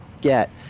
get